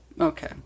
Okay